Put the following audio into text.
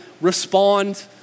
respond